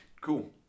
Cool